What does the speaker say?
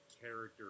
character